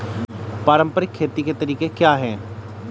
पारंपरिक खेती के तरीके क्या हैं?